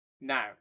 Now